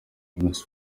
miss